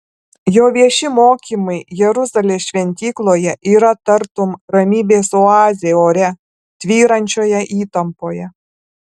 jo vieši mokymai jeruzalės šventykloje yra tartum ramybės oazė ore tvyrančioje įtampoje